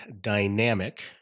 dynamic